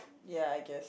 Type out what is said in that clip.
ya I guess